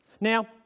Now